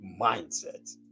mindset